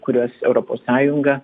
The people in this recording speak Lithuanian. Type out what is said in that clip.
kuriuos europos sąjunga